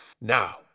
Now